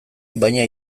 baina